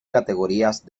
categorías